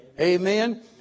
Amen